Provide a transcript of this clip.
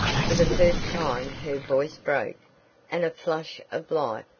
for the first time her voice broke and a flush of life,